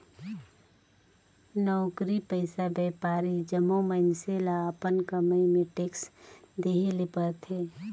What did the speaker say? नउकरी पइसा, बयपारी जम्मो मइनसे ल अपन कमई में टेक्स देहे ले परथे